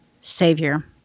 Savior